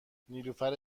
نیلوفر